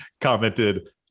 commented